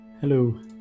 Hello